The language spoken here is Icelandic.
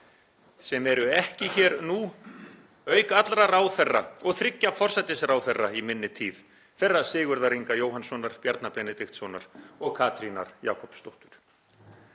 sem eru ekki hér nú auk allra ráðherra og þriggja forsætisráðherra í minni tíð, þeirra Sigurðar Inga Jóhannssonar, Bjarna Benediktssonar og Katrínar Jakobsdóttur.